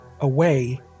away